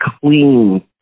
clean